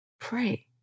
Pray